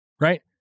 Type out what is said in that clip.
right